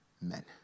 men